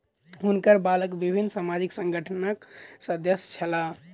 हुनकर बालक विभिन्न सामाजिक संगठनक सदस्य छला